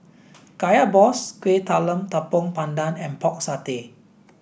Kaya Balls Kuih Talam Tepong Pandan and pork satay